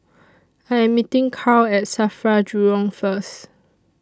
I Am meeting Karl At SAFRA Jurong First